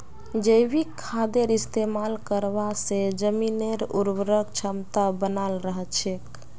जैविक खादेर इस्तमाल करवा से जमीनेर उर्वरक क्षमता बनाल रह छेक